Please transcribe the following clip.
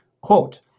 quote